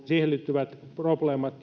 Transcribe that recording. siihen liittyvistä probleemista